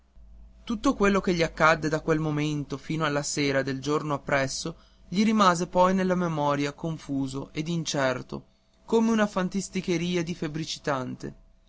tutto quello che gli accadde da quel momento fino alla sera del giorno appresso gli rimase poi nella memoria confuso ed incerto come una fantasticheria di febbricitante